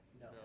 No